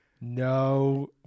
No